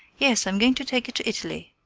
yes, i am going to take it to italy,